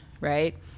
right